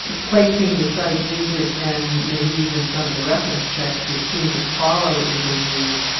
placing the side visit and maybe even some of the reference checks, which seem to follow interviews,